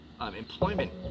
employment